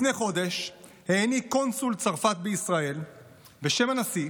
לפני חודש העניק קונסול צרפת בישראל בשם הנשיא